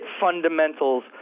fundamentals –